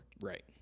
Right